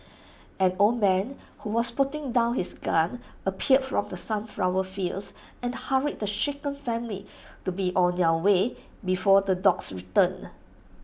an old man who was putting down his gun appeared from the sunflower fields and hurried the shaken family to be on their way before the dogs return